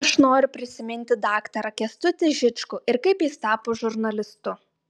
aš noriu prisiminti daktarą kęstutį žičkų ir kaip jis tapo žurnalistu